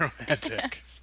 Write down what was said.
romantic